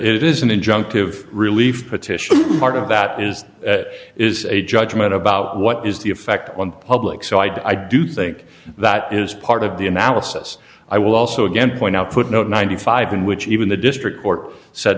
it isn't injunctive relief petition part of that is is a judgment about what is the effect on public so i do think that is part of the analysis i will also again point out footnote ninety five in which even the district court said